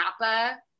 Napa